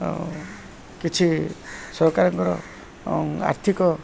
ଆଉ କିଛି ସରକାରଙ୍କର ଆର୍ଥିକ